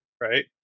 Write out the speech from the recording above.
right